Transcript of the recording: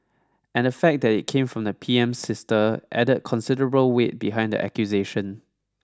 and the fact that it came from P M's sister added considerable weight behind the accusation